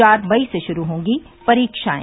चार मई से शुरू होंगी परीक्षाएं